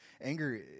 Anger